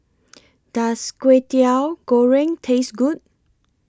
Does Kwetiau Goreng Taste Good